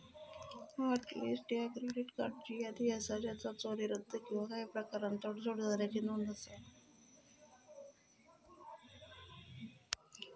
hot list ह्या credit कार्ड्सची यादी असा ज्याचा चोरी, रद्द किंवा काही प्रकारान तडजोड झाल्याची नोंद असा